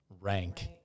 rank